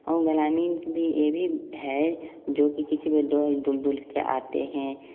और ग्रामीण भी ये भी है जो कि किसी डोल दूर दूर आते हैं